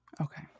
Okay